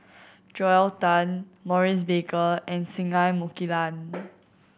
Joel Tan Maurice Baker and Singai Mukilan